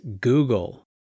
Google